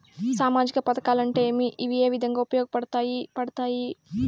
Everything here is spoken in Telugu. సామాజిక పథకాలు అంటే ఏమి? ఇవి ఏ విధంగా ఉపయోగపడతాయి పడతాయి?